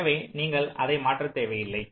எனவே நீங்கள் அதை மாற்றத் தேவையில்லை